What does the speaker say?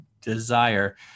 desire